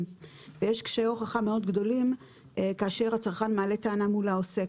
ויש קשיי הוכחה מאוד גדולים כאשר הצרכן מעלה טענה מול העוסק.